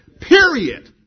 Period